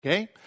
Okay